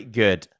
good